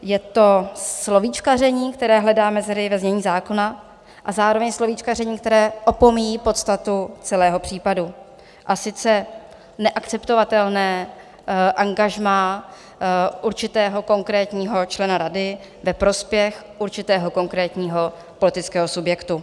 Je to slovíčkaření, které hledá mezery ve znění zákona, a zároveň slovíčkaření, které opomíjí podstatu celého případu, a sice neakceptovatelné angažmá určitého konkrétního člena rady ve prospěch určitého konkrétního politického subjektu.